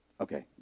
Okay